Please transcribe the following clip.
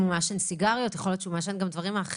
אם הוא מעשן סיגריות או דברים אחרים,